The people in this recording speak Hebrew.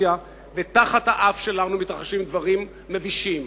ותחת האף שלנו מתרחשים דברים מבישים.